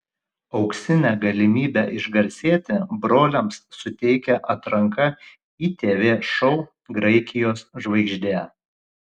auksinę galimybę išgarsėti broliams suteikia atranka į tv šou graikijos žvaigždė